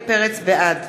בעד